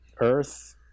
earth